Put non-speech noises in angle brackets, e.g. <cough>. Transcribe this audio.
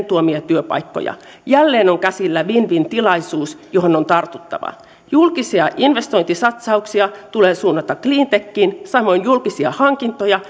<unintelligible> tuomia työpaikkoja jälleen on käsillä win win tilaisuus johon on tartuttava julkisia investointisatsauksia tulee suunnata clean techiin samoin julkisia hankintoja <unintelligible>